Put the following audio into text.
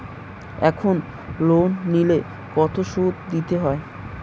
এখন লোন নিলে কত সুদ দিতে হয়?